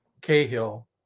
Cahill